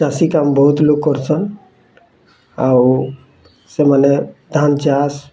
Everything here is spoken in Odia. ଚାଷୀ କାମ୍ ବହୁତ୍ ଲୋକ୍ କର୍ସନ୍ ଆଉ ସେମାନେ ଧାନ୍ ଚାଷ୍